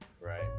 Right